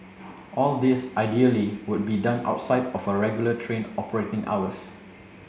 all this ideally would be done outside of regular train operating hours